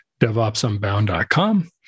DevOpsUnbound.com